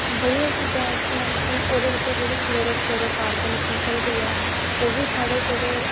बड़ियां चीजां ऐसियां न ओह्दे चा जेह्ड़ी क्लोरो फ्लोरो कार्वन निकलदी ऐ ओह्बी साढ़े जेह्ड़े